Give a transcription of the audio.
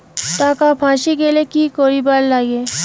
টাকা ফাঁসি গেলে কি করিবার লাগে?